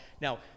Now